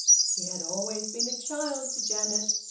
she had always been a child to janet,